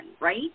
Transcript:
right